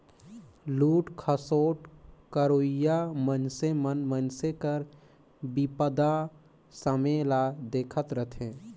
लूट खसोट करोइया मइनसे मन मइनसे कर बिपदा समें ल देखत रहथें